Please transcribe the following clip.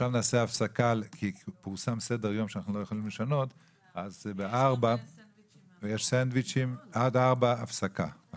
הישיבה ננעלה בשעה 15:47.